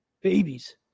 Babies